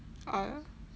!aiya!